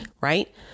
Right